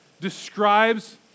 describes